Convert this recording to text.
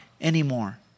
anymore